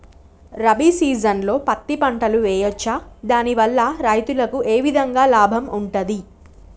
రబీ సీజన్లో పత్తి పంటలు వేయచ్చా దాని వల్ల రైతులకు ఏ విధంగా లాభం ఉంటది?